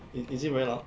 it is it very loud